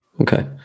Okay